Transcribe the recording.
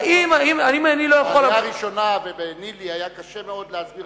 בעלייה הראשונה ובניל"י היה קשה מאוד להסביר